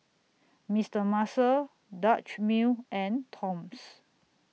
Mister Muscle Dutch Mill and Toms